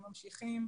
הם ממשיכים,